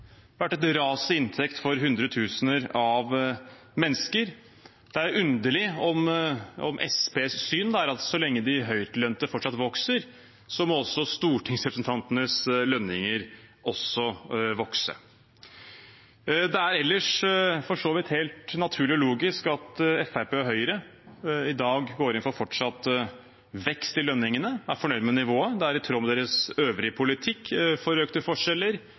det har vært et ras i inntektene for hundretusener av mennesker. Det er underlig om Senterpartiets syn er at så lenge de høytlønte fortsatt får mer, må stortingsrepresentanters lønninger også vokse. Det er ellers for så vidt helt naturlig og logisk at Fremskrittspartiet og Høyre i dag går inn for fortsatt vekst i lønningene og er fornøyd med nivået. Det er i tråd med deres øvrige politikk for økte forskjeller